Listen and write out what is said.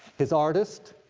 his artist,